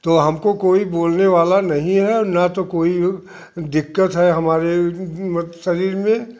तो हमको कोई बोलने वाला नहीं है ना तो कोई दिक्कत है हमारे शरीर में